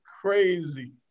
crazy